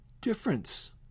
difference